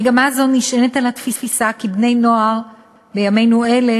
מגמה זו נשענת על התפיסה שבני-נוער בימינו אלה